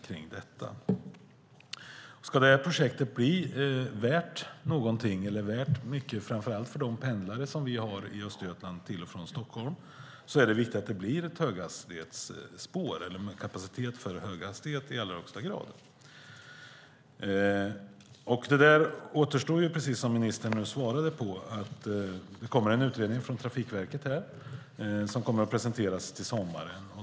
Om projektet ska bli värt någonting, framför allt för de pendlare som vi har i Östergötland till och från Stockholm, är det i allra högsta grad viktigt att det blir ett spår med kapacitet för höghastighet. Precis som ministern nu sade i svaret kommer det en utredning från Trafikverket som presenteras till sommaren.